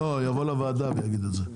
לא, יבוא לוועדה ויגיד את זה.